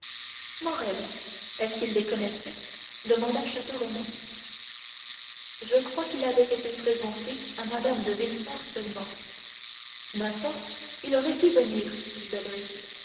morrel est-ce qu'il les connaissait demanda château renaud je crois qu'il avait été présenté à mme de villefort seulement n'importe il aurait dû venir